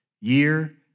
Year